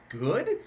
good